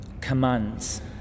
Commands